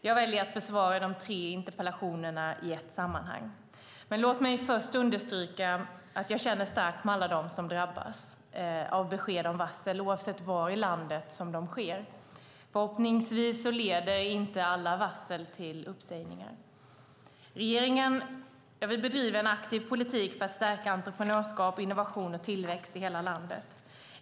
Jag väljer att besvara de tre interpellationerna i ett sammanhang. Låt mig först understryka att jag känner starkt med alla dem som drabbas av besked om varsel, oavsett var i landet det sker. Förhoppningsvis leder inte alla varsel till uppsägningar. Vi bedriver en aktiv politik för att stärka entreprenörskap, innovation och tillväxt i hela landet.